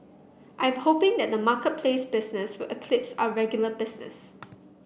I'm hoping that the marketplace business will eclipse our regular business